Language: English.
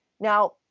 Now